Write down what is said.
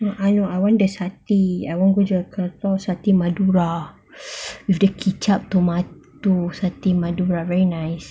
I know I want the satay I want go jakarta satay madura with the kicap tomato satay madura very nice